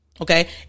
Okay